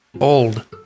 Old